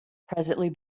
presently